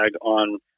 on